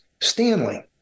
Stanley